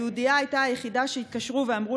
היהודייה הייתה היחידה שהתקשרו ואמרו